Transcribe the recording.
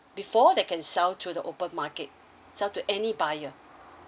before they can sell to the open market sell to any buyer